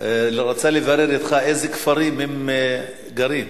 רצה לברר באיזה כפרים הם גרים.